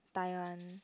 Taiwan